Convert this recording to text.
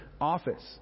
office